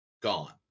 gone